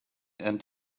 and